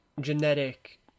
genetic